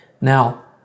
Now